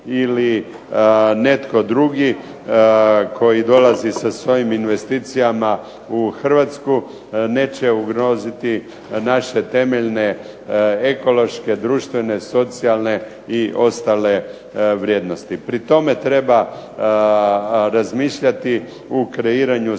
ili netko drugi koji dolazi sa svojim investicijama u Hrvatsku neće ugroziti naše temeljne ekološke, društvene, socijalne i ostale vrijednosti. Pri tome treba razmišljati u kreiranju